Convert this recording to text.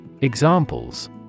Examples